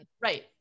right